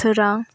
सोरां